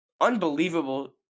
unbelievable